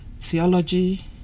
theology